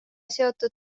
seotud